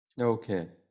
Okay